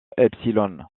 epsilon